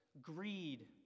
greed